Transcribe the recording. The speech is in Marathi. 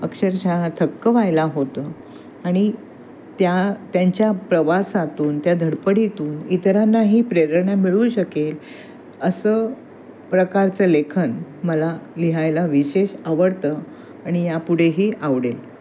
अक्षरशः थक्क व्हायला होतं आणि त्या त्यांच्या प्रवासातून त्या धडपडीतून इतरांनाही प्रेरणा मिळू शकेल असं प्रकारचं लेखन मला लिहायला विशेष आवडतं आणि या पुढेही आवडेल